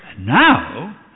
Now